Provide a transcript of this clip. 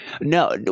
No